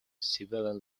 civilian